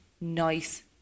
nice